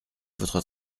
votre